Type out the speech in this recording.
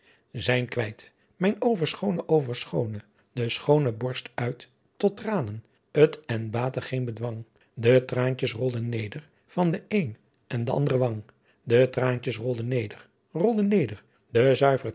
zijn quijt mijn overschoone overschoone de schoon borst uit tot traanen t en baatte geen bedwang de traantjes rolden neder van d een en d'andre wang de traantjes rolden neder rolden neder de